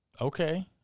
Okay